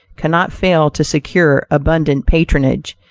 cannot fail to secure abundant patronage,